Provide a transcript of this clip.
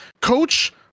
coach